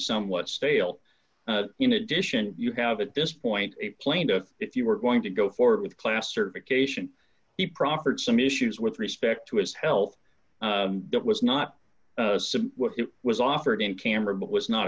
somewhat stale you know addition you have at this point a plane that if you were going to go forward with class certification the property some issues with respect to his health that was not what it was offered in camera but was not